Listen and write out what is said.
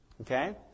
okay